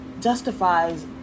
justifies